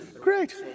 Great